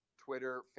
Twitter